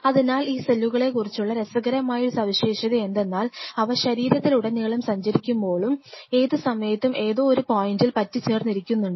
അതിനാൽ ഈ സെല്ലുകളെക്കുറിച്ചുള്ള രസകരമായ ഒരു സവിശേഷതയെണ്ടെന്നാൽ അവ ശരീരത്തിലുടനീളം സഞ്ചരിക്കുന്നുമ്പോഴും ഏത് സമയത്തും ഏതോ ഒരു പോയിന്റിൽ പറ്റിച്ചേർന്ന് ഇരിക്കുന്നുണ്ട്